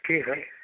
ठीक है